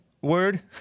word